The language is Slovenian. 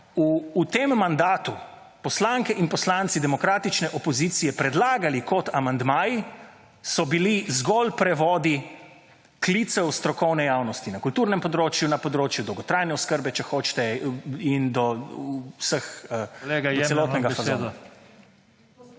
v tem mandatu poslanke in poslanci demokratične opozicije predlagali kot amandma so bili zgolj prevodi klicev strokovne javnosti na kulturnem področju, na področju dolgotrajne oskrbe, če hočete, in do vseh…